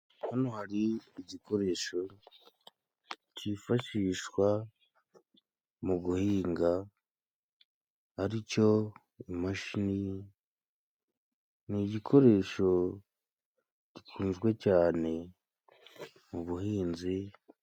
Hano hari igikoresho cyifashishwa mu guhinga aricyo imashini, ni igikoresho gikunzwe cyane mu buhinzi.